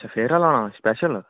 अच्छा फेरा लाना स्पैशल